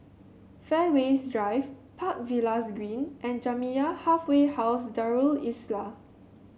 Fairways Drive Park Villas Green and Jamiyah Halfway House Darul Islah